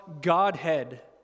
Godhead